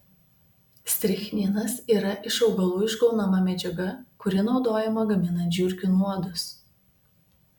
strichninas yra iš augalų išgaunama medžiaga kuri naudojama gaminant žiurkių nuodus